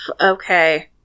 okay